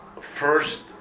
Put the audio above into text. first